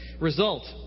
Result